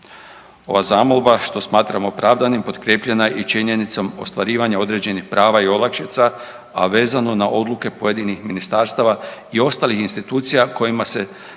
Ova zamolba što smatram opravdanim potkrijepljena je i činjenicom ostvarivanja određenih prava i olakšica, a vezano na odluke pojedinih ministarstava i ostalih institucija kojima se